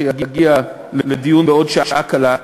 שיגיע לדיון בעוד שעה קלה,